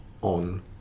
on